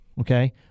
Okay